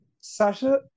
Sasha